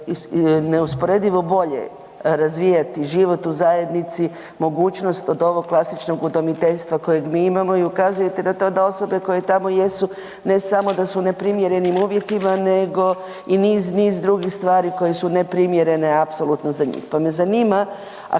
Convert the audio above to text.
neusporedivo bolje razvijati život u zajednici, mogućnost od ovog klasičnog udomiteljstva kojeg mi imamo i ukazujete na da to da osobe koje tamo jesu, ne samo da su u neprimjerenim uvjetima nego i niz, niz drugih stvari koje su neprimjerene apsolutno za njih pa me zanima,